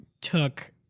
took